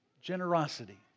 generosity